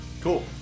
Cool